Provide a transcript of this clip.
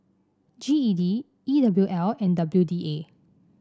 G E D E W L and W D A